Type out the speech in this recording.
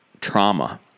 trauma